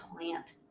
plant